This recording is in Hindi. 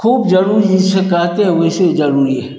ख़ूब ज़रूरी जिसे कहते हैं वैसे ही ज़रूरी है